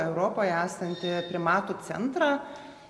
europoje esantį primatų centrą